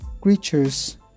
creatures